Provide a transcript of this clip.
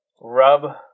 rub